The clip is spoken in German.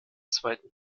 zweiten